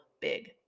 big